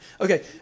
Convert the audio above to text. okay